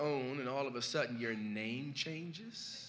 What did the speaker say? own and all of a sudden your name changes